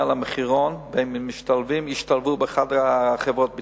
למחירון והם ישתלבו באחת מחברות הביטוח.